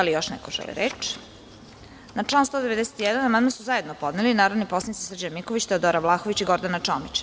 Da li još neko želi reč? (Ne) Na član 191. amandman su zajedno podnelinarodni poslanici Srđan Miković, Teodora Vlahović i Gordana Čomić.